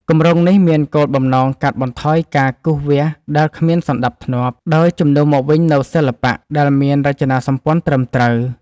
គម្រោងនេះមានគោលបំណងកាត់បន្ថយការគូសវាសដែលគ្មានសណ្ដាប់ធ្នាប់ ដោយជំនួសមកវិញនូវសិល្បៈដែលមានរចនាសម្ព័ន្ធត្រឹមត្រូវ។